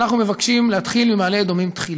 ואנחנו מבקשים להתחיל, מעלה-אדומים תחילה.